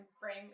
frame